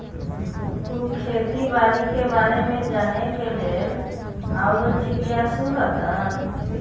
उ खेती बाड़ी के बारे में जाने के लेल आउरो जिज्ञासु हतन